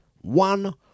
One